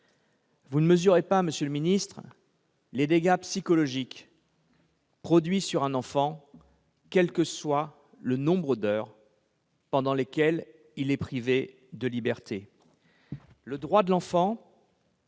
Vous ne mesurez pas, monsieur le ministre d'État, les dégâts psychologiques produits sur un enfant, quel que soit le nombre d'heures pendant lesquelles il est privé de liberté. Le droit de l'enfant